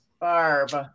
Barb